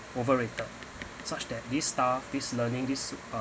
overrated such that this style this learning this uh